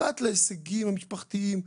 פרט להישגים המשפחתיים,